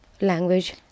language